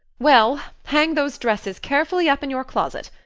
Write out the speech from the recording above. well, hang those dresses carefully up in your closet,